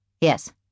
Yes